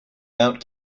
mount